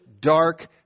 dark